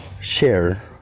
share